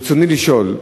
ברצוני לשאול: